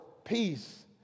Peace